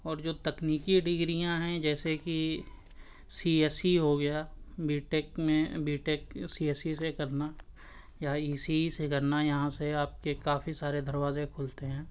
اور جو تکنیکی ڈگریاں ہیں جیسے کہ سی ایس سی ہو گیا بی ٹیک میں B tech C A C سے کرنا یا ای سی ای سے کرنا یہاں سے آپ کے کافی سارے دروازے کھلتے ہیں